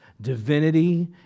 divinity